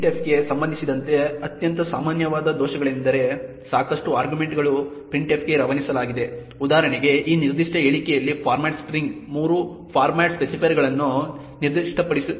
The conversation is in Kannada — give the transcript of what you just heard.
printf ಗೆ ಸಂಬಂಧಿಸಿದಂತೆ ಅತ್ಯಂತ ಸಾಮಾನ್ಯವಾದ ದೋಷಗಳೆಂದರೆ ಸಾಕಷ್ಟು ಆರ್ಗ್ಯುಮೆಂಟ್ಗಳು printf ಗೆ ರವಾನಿಸಲಾಗಿದೆ ಉದಾಹರಣೆಗೆ ಈ ನಿರ್ದಿಷ್ಟ ಹೇಳಿಕೆಯಲ್ಲಿ ಫಾರ್ಮ್ಯಾಟ್ ಸ್ಟ್ರಿಂಗ್ 3 ಫಾರ್ಮ್ಯಾಟ್ ಸ್ಪೆಸಿಫೈಯರ್ಗಳನ್ನು ನಿರ್ದಿಷ್ಟಪಡಿಸುತ್ತದೆ